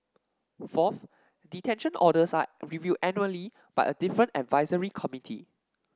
fourth detention orders are reviewed annually by a different advisory committee